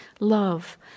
Love